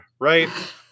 right